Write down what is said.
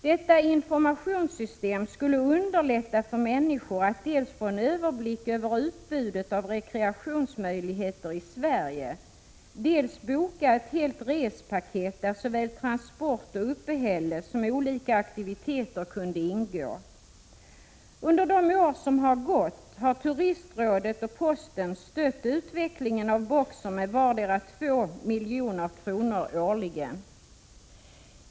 Detta informationssystem skulle underlätta för människor att dels få en överblick över utbudet av rekreationsmöjligheter i Sverige, dels boka ett helt respaket, där såväl transport och uppehälle som olika aktiviteter kunde ingå. Under de år som gått har Turistrådet och posten stött utvecklingen av BOKSER med vardera 2 milj.kr. årligen.